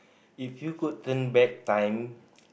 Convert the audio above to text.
if you could turn back time